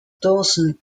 dawson